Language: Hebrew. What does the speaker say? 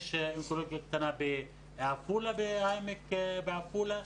יש אונקולוגיה קטנה ב'העמק' בעפולה,